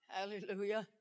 Hallelujah